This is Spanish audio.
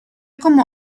como